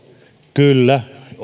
kyllä